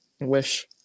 Wish